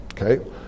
Okay